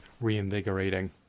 reinvigorating